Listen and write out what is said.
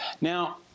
Now